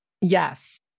Yes